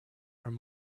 are